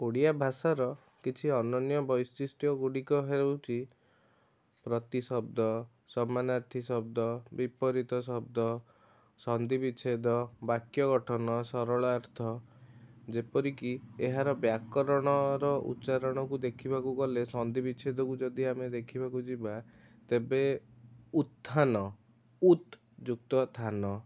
ଓଡ଼ିଆ ଭାଷାର କିଛି ଅନନ୍ୟ ବୈଶିଷ୍ଟ୍ୟଗୁଡ଼ିକ ହେଉଛି ପ୍ରତିଶବ୍ଦ ସାମନାର୍ଥୀଶବ୍ଦ ବିପରୀତ ଶବ୍ଦ ସନ୍ଧି ବିଚ୍ଛେଦ ବାକ୍ୟ ଗଠନ ସରଳାର୍ଥ ଯେପରିକି ଏହାର ବ୍ୟାକରଣର ଉଚ୍ଚାରଣକୁ ଦେଖିବାକୁ ଗଲେ ସନ୍ଧି ବିଚ୍ଛେଦକୁ ଯଦି ଆମେ ଦେଖିବାକୁ ଯିବା ତେବେ ଉତ୍ଥାନ ଉତ୍ ଯୁକ୍ତ ଥାନ୍